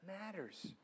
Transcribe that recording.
matters